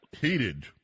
heated